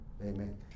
Amen